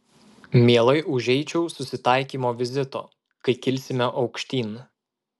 mielai užeičiau susitaikymo vizito kai kilsime aukštyn